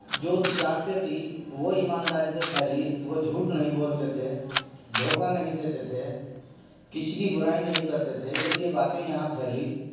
جو تجارتیں تھیں وہ ایمانداری سے پھیلی وہ جھوٹ نہیں بولتے تھے دھوکا نہیں دیتے تھے کسی کی برائی نہیں کرتے تھے جب یہ باتیں یہاں پھیلیں